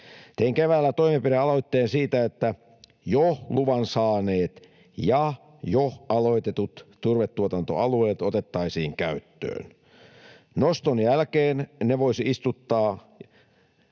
Tein keväällä toimenpide-aloitteen siitä, että jo luvan saaneet ja jo aloitetut turvetuotantoalueet otettaisiin käyttöön. Noston jälkeen ne voisi istuttaa